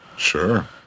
Sure